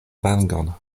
vangon